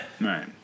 Right